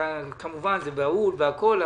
זה בהול וכולי,